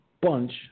bunch